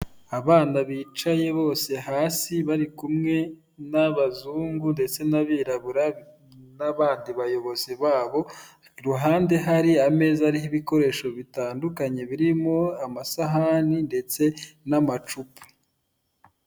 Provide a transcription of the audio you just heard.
Abana bicaye bose hasi bari kumwe n'abazungu ndetse n'abirabura n'abandi bayobozi babo, kuruhande hari ameza ariho ibikoresho bitandukanye birimo amasahani ndetse n'amacupa.